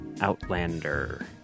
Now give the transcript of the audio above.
Outlander